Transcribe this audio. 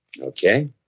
Okay